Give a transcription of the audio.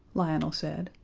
lionel said,